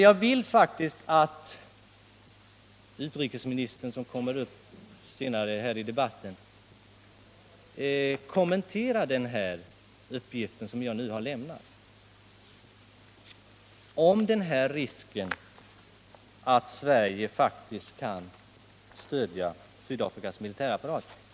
Jag vill att utrikesministern, som kommer upp senare i debatten, kommenterar den uppgift som jag nu har lämnat — om risken för att Sverige faktiskt kan stödja Sydafrikas militärapparat.